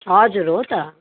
हजुर हो त